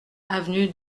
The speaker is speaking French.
avenue